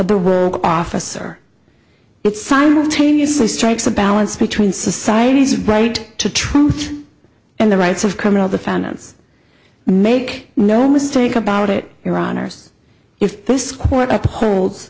the world officer it simultaneously strikes a balance between society's right to truth and the rights of criminal defendants make no mistake about it your honour's if this court uphold